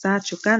הוצאת שוקן,